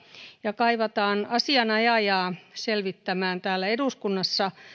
ja kaivataan asianajajaa selvittämään täällä eduskunnassa